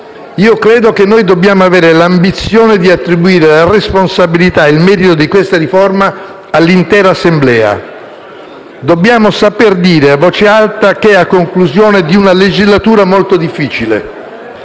Credo che noi dobbiamo avere l'ambizione di attribuire le responsabilità e il merito di questa riforma all'intera Assemblea. Dobbiamo saper dire a voce alta che, a conclusione di una legislatura molto difficile,